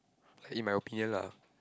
in my opinion lah